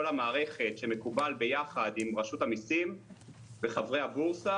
המערכת שמקובל ביחד עם רשות המסים וחברי הבורסה,